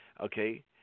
Okay